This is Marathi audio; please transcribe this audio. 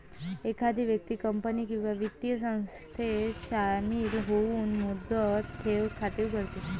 एखादी व्यक्ती कंपनी किंवा वित्तीय संस्थेत शामिल होऊन मुदत ठेव खाते उघडते